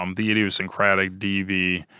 um the idiosyncratic dvf